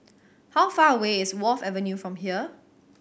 how far away is Wharf Avenue from here